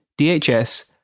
DHS